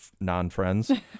non-friends